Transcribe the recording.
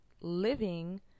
living